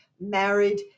married